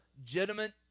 legitimate